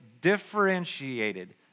differentiated